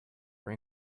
were